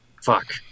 Fuck